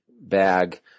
bag